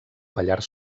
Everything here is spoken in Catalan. pallars